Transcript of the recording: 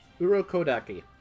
Urokodaki